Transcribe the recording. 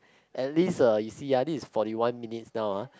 at least uh you see ah this is forty one minutes now ah